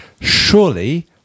Surely